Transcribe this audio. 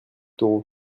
taureau